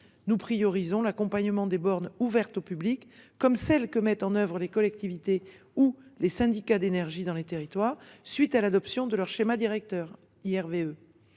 Nous priorisons l’accompagnement des bornes ouvertes au public, comme celles que mettent en place les collectivités ou les syndicats d’énergie dans les territoires, à la suite de l’adoption de leur schéma directeur IRVE.